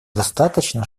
достаточно